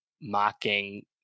mocking